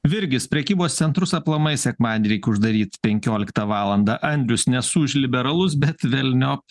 virgis prekybos centrus aplamai sekmadienį reik uždaryt penkioliktą valandą andrius nesu už liberalus bet velniop